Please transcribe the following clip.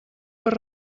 per